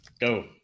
Go